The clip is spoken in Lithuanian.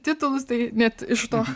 titulus tai net iš to